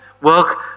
work